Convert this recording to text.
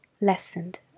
lessened